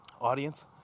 audience